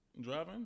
driving